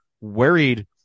worried